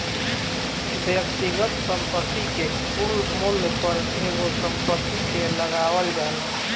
व्यक्तिगत संपत्ति के कुल मूल्य पर एगो संपत्ति के लगावल जाला